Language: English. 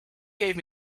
gave